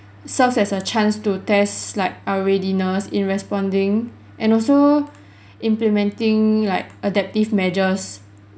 serves as a chance to test like our readiness in responding and also implementing like adaptive measures